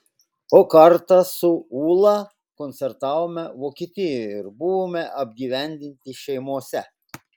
o kartą su ūla koncertavome vokietijoje ir buvome apgyvendinti šeimose